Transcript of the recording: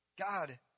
God